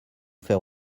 faire